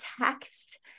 text